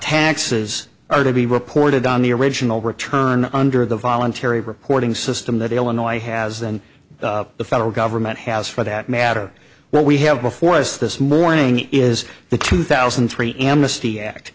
taxes are to be reported on the original return under the voluntary reporting system that illinois has and the federal government has for that matter what we have before us this morning is the two thousand and three amnesty act